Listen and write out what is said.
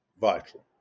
vital